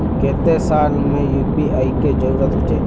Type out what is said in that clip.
केते साल में यु.पी.आई के जरुरत होचे?